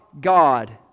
God